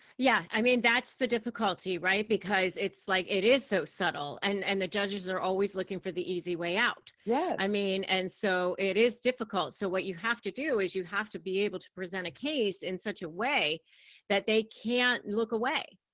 yeah. i mean that's the difficulty, right? because like it is so subtle, and and the judges are always looking for the easy way out. i mean and so it is difficult. so what you have to do is you have to be able to present a case in such a way that they can't look away.